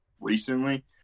recently